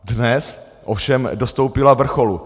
Dnes ovšem dostoupila vrcholu.